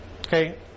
Okay